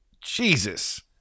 Jesus